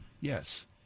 Yes